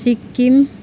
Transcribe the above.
Sikkim